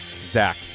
Zach